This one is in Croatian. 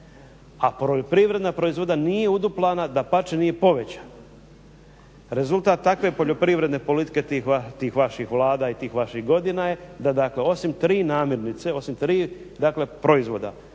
A poljoprivredna proizvodnja nije uduplana, dapače nije povećana. Rezultat takve poljoprivredne politike tih vaših vlada i tih vaših godina je da dakle osim tri namirnice, osim tri proizvoda,